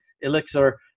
elixir